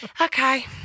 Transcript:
Okay